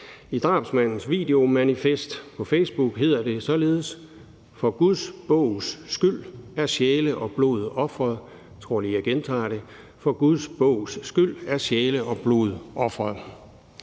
I drabsmandens videomanifest på Facebook hedder det således: For Guds bogs skyld er sjæle og blod ofret.